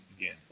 again